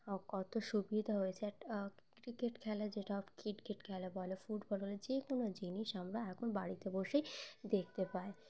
কত সুবিধা হয়েছে একটা ক্রিকেট খেলা যেটা ক্রিকেট খেলা বলো ফুটবল বলো যে কোনো জিনিস আমরা এখন বাড়িতে বসেই দেখতে পাই